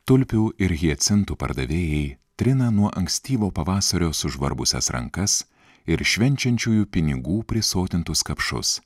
tulpių ir hiacintų pardavėjai trina nuo ankstyvo pavasario sužvarbusias rankas ir švenčiančiųjų pinigų prisotintus kapšus